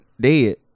dead